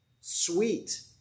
Sweet